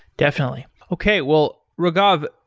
definitely. okay. well, raghav,